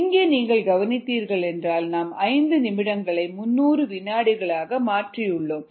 இங்கே நீங்கள் கவனித்தீர்கள் என்றால் நாம் 5 நிமிடங்களை 300 வினாடிகளாக மாற்றியுள்ளோம்